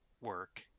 work